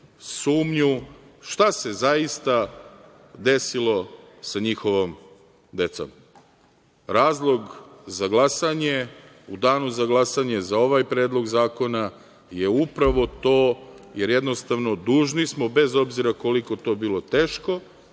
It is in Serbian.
sumnju, šta se zaista desilo sa njihovom decom. Razlog za glasanje u danu za glasanje za ovaj Predlog zakona je upravo to, jer jednostavno dužni smo bez obzira koliko to bilo teško,